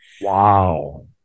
Wow